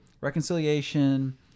reconciliation